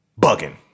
bugging